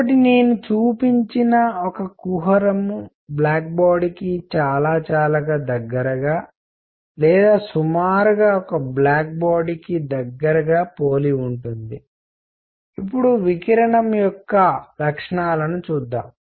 కాబట్టి నేను చూపించిన ఒక కుహరం బ్లాక్ బాడీ కి చాలా చాలా దగ్గరగా లేదా సుమారుగా ఒక బ్లాక్ బాడీ కి దగ్గరగా పోలి ఉంటుంది ఇప్పుడు వికిరణం యొక్క లక్షణాలను చూద్దాం